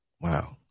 Wow